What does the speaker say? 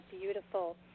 beautiful